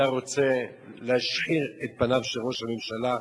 אתה רוצה להשחיר את פניו של ראש הממשלה,